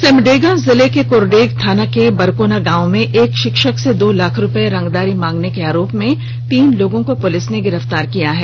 सिमडेगा जिले के क्रडेग थाना के बरकोना गांव में एक शिक्षक से दो लाख रूपये रंगदारी मांगने के आरोप में तीन लोगों को पुलिस ने गिरफ्तार किया है